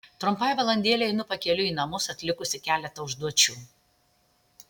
trumpai valandėlei einu pakeliui į namus atlikusi keletą užduočių